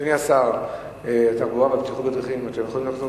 אדוני שר התחבורה והבטיחות בדרכים, אתה יכול לחזור